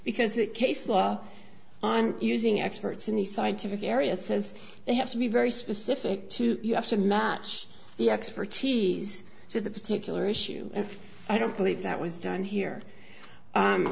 because that case law on using experts in the scientific area says they have to be very specific to you have to match the expertise to the particular issue if i don't believe that was done here